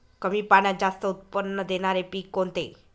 कमी पाण्यात जास्त उत्त्पन्न देणारे पीक कोणते?